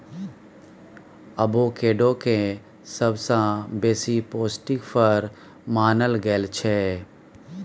avocado केँ सबसँ बेसी पौष्टिक फर मानल गेल छै